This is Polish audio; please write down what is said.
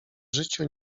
życiu